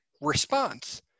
response